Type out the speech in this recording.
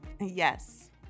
Yes